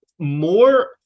More